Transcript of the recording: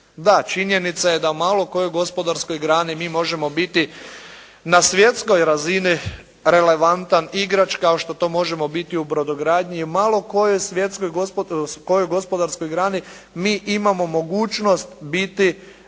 Da, činjenica je da malo kojoj gospodarskoj grani mi možemo biti na svjetskoj razini relevantan igrač kao što to možemo biti u brodogradnji i u malo kojoj svjetskoj kojoj gospodarskoj grani mi imamo mogućnost biti